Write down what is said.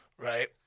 Right